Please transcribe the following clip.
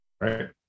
right